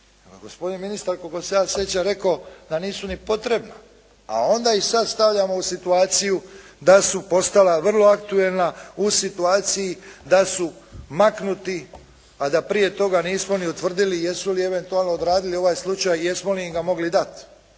gospodin ministar koliko se ja sjećam rekao da nisu ni potrebna. A onda ih sad stavljamo u situaciju da su postala vrlo aktuelna u situaciji da su maknuti a da prije toga nismo ni utvrdili jesu li eventualno odradili ovaj slučaj i jesmo li im ga mogli dat?